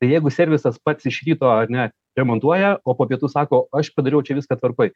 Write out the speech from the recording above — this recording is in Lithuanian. tai jeigu servisas pats iš ryto ar ne remontuoja o po pietų sako aš padariau čia viskas tvarkoj